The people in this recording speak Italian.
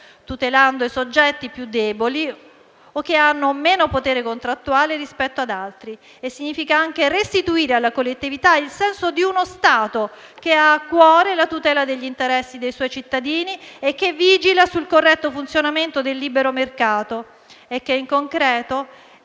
tutelando i soggetti più deboli o che hanno meno potere contrattuale rispetto ad altri, e significa anche restituire alla collettività il senso di uno Stato che ha a cuore la tutela degli interessi dei suoi cittadini, che vigila sul corretto funzionamento del libero mercato e che in concreto è fortemente